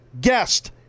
guest